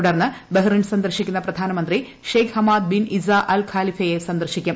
തുടർന്ന് ബെഹ്റിൻ സന്ദർശിക്കുന്ന പ്രധാനമന്ത്രി Sheikh Hamad bin Isa al ഖാലിഫയെ സന്ദർശിക്കും